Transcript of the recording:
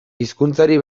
hizkuntzari